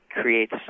creates